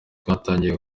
twatangiye